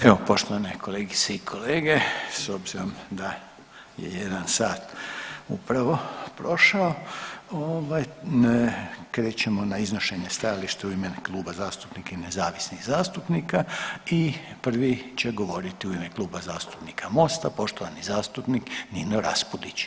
Evo poštovane kolegice i kolege s obzirom da je 1 sat upravo prošao, onda krećemo na iznošenje stajališta u ime kluba zastupnika i nezavisnih zastupnika i prvi će govoriti u ime Kluba zastupnika Mosta poštovani zastupnik Nino Raspudić.